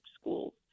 schools